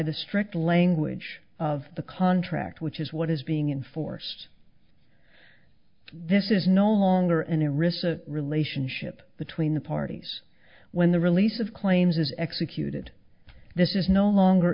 the strict language of the contract which is what is being enforced this is no longer in a recess relationship between the parties when the release of claims is executed this is no longer